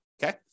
Okay